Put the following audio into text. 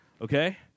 okay